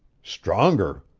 stronger?